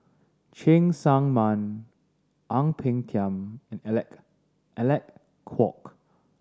Cheng Tsang Man Ang Peng Tiam and Alec Alec Kuok